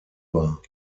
war